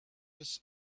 his